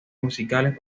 musicales